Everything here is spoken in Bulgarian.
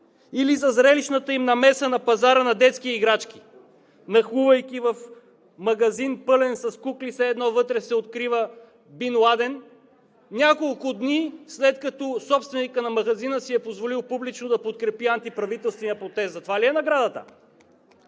или за зрелищната им намеса на пазара на детски играчки, нахлувайки в магазин, пълен с кукли, все едно вътре се укрива Бин Ладен, няколко дни след като собственикът на магазина си е позволил публично да подкрепи антиправителствения протест – за това ли е наградата?